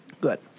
Good